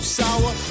sour